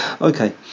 Okay